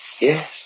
Yes